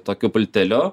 tokiu pulteliu